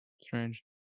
Strange